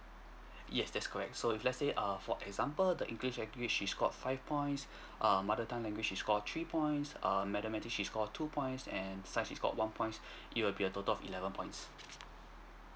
yes that's correct so if let's say err for example the english language he's got five points um mother tongue language she scored three points err mathematics she scored two points and science she's scored one point it would be a total of eleven points